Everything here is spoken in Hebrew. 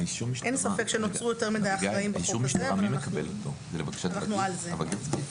ספק שנוצרו יותר מדי אחראים בחוק הזה אבל אנחנו על זה.